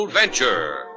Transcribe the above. Adventure